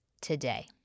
today